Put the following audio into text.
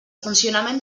funcionament